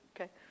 Okay